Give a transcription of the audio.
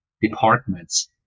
departments